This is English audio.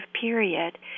period